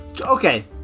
Okay